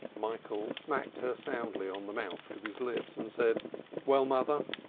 michael smacked her soundly on the mouth with his lips and said well, mother!